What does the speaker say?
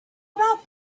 about